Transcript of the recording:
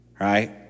right